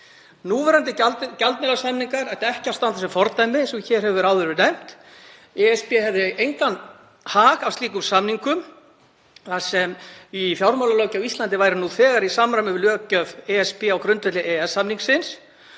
Núverandi gjaldmiðlasamningar ættu ekki að standa sem fordæmi, eins og hér hefur áður verið nefnt. ESB hefði engan hag af slíkum samningum þar sem fjármálalöggjöf á Íslandi væri nú þegar í samræmi við löggjöf ESB á grundvelli EES-samningsins